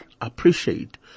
appreciate